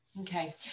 okay